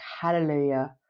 hallelujah